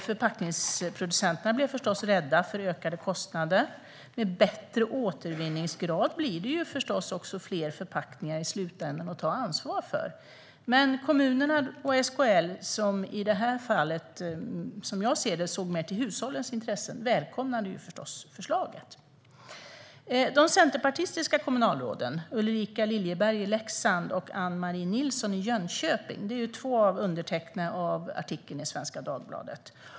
Förpackningsproducenterna blev förstås rädda för ökade kostnader. Med bättre återvinningsgrad blir det ju förstås också fler förpackningar i slutändan att ta ansvar för. Men kommunerna och SKL, som i det här fallet, som jag ser det, såg mer till hushållens intressen, välkomnade förstås förslaget. De centerpartistiska kommunalråden, Ulrika Liljeberg i Leksand och Ann-Marie Nilsson i Jönköping, är två av undertecknarna av artikeln i Svenska Dagbladet.